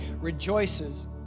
rejoices